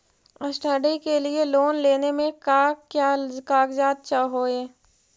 Study के लिये loan लेने मे का क्या कागजात चहोये?